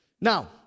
Now